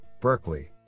Berkeley